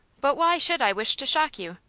but why should i wish to shock you?